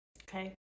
Okay